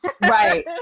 Right